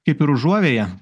kaip ir užuovėja